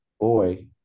Boy